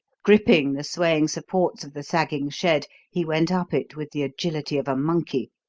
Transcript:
gripping the swaying supports of the sagging shed, he went up it with the agility of a monkey,